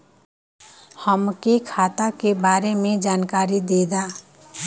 हमके खाता के बारे में जानकारी देदा?